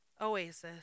oasis